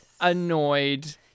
annoyed